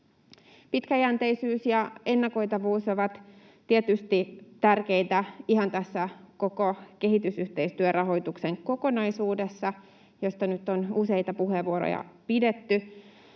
Pitkäjänteisyys ja ennakoitavuus ovat tietysti tärkeitä ihan tässä koko kehitysyhteistyörahoituksen kokonaisuudessa, josta nyt on useita puheenvuoroja pidetty.